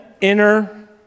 inner